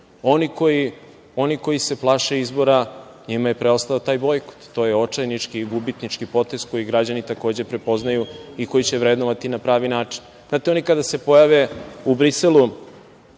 Oni koji se plaše izbora, njima je preostao taj bojkot. To je očajnički i gubitnički potez koji građani takođe prepoznaju i koji će vrednovati na pravi način. Znate, oni kada se pojave u Briselu,